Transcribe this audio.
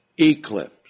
eclipse